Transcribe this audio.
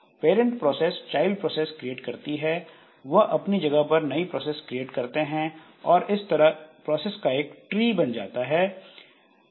parent process child process create करती है वह अपनी जगह पर नई प्रोसेस क्रिएट करते हैं और इस तरह प्रोसेस का एक ट्री बन जाता है